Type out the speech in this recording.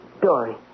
Dory